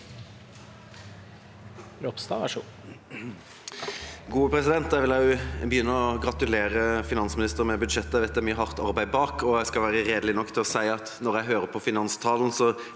Jeg vil også begynne med å gratulere finansministeren med budsjettet. Jeg vet det er mye hardt arbeid bak, og jeg skal være redelig nok til å si at da jeg hørte på finanstalen,